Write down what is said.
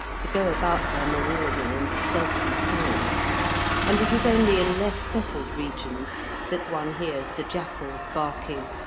to go about their marauding in stealthy silence and it is only in less settled regions that one hears the jackals barking,